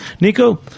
Nico